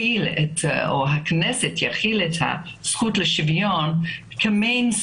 בינתיים הכנסת תחיל את הזכות לשוויון כערוץ